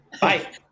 Bye